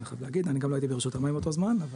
אני גם לא הייתי ברשות המים אותו זמן.